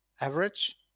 average